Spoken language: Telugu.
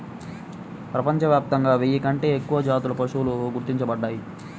ప్రపంచవ్యాప్తంగా వెయ్యి కంటే ఎక్కువ జాతుల పశువులు గుర్తించబడ్డాయి